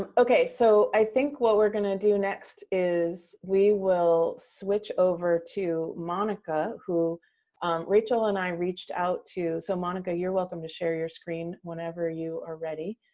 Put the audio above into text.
okay, so i think what we're going to do next is we will switch over to monica, who rachel and i reached out to. so, monica you're welcome to share your screen whenever you are ready.